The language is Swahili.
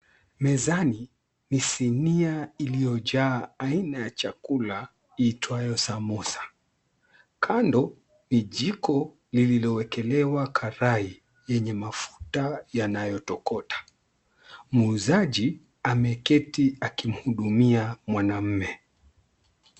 Mezani ni sinia iliyo jaa aina ya chakula iitwayo samosa. Kando ni jiko lilo ekelewa karai yenye mafuta yanayo tokota, muuzaji ameketi akimhudumia mwanaume.